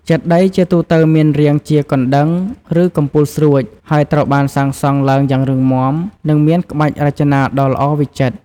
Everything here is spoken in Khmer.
ចេតិយជាទូទៅមានរាងជាកណ្តឹង ឬកំពូលស្រួច ហើយត្រូវបានសាងសង់ឡើងយ៉ាងរឹងមាំ និងមានក្បាច់រចនាដ៏ល្អវិចិត្រ។